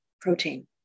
protein